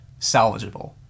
salvageable